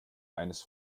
eines